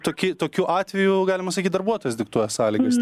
toki tokiu atveju galima sakyt darbuotojas diktuos sąlygas